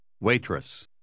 Waitress